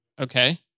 Okay